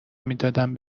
میدادم